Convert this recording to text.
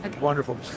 Wonderful